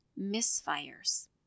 misfires